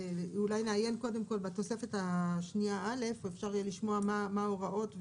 אולי נעיין קודם בתוספת השנייה א' ואפשר יהיה לשמוע מה ההוראות,